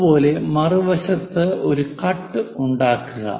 അതുപോലെ മറുവശത്ത് ഒരു കട്ട് ഉണ്ടാക്കുക